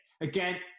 Again